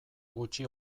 gutxi